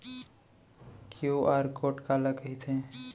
QR code काला कहिथे?